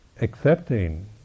accepting